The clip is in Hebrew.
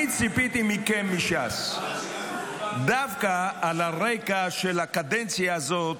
אני ציפיתי מכם, מש"ס, דווקא על רקע הקדנציה הזאת,